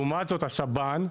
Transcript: לעומת זאת, השב"ן,